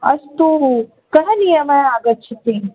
अस्तु कः नियमः आगच्छति